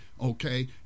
okay